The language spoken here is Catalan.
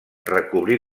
recobrir